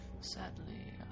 Sadly